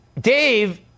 Dave